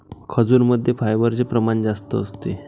खजूरमध्ये फायबरचे प्रमाण जास्त असते